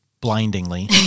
blindingly